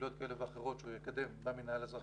בפעילויות כאלה ואחרות שהוא יקדם במינהל האזרחי,